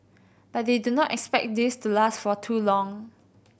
but they do not expect this to last for too long